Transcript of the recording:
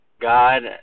God